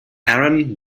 aaron